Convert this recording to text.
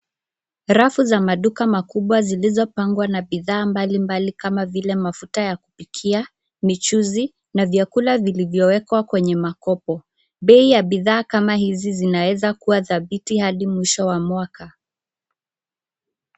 Rafu za maduka makubwa zilizopangwa na bidhaa mbalimbali kama vile mafuta ya kupikia, michuzi, na vyakula vilivyowekwa kwenye makopo. Bei ya bidhaa kama hizi zinaweza kuwa dhabiti hadi mwisho wa mwaka.